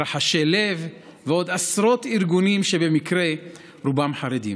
רחשי לב ועוד עשרות ארגונים שבמקרה רובם חרדים,